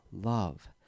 love